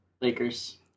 Lakers